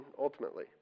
ultimately